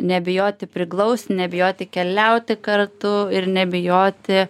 nebijoti priglausti nebijoti keliauti kartu ir nebijoti